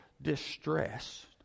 Distress